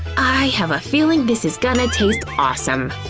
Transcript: i have a feeling this is gonna taste awesome.